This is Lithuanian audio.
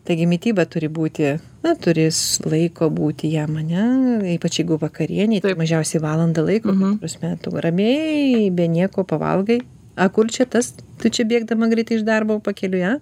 taigi mityba turi būti na turi s laiko būti jam ane ypač jeigu vakarienei tai mažiausiai valandą laiko ta prasme tu ramiai be nieko pavalgai a kur čia tas tu čia bėgdama greit iš darbo pakeliui a